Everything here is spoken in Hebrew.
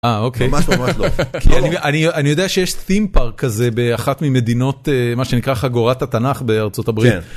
אה אוקיי, ממש ממש לא, כי אני יודע שיש Theme Park כזה באחת ממדינות, מה שנקרא חגורת התנ״ך בארצות הברית.